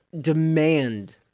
demand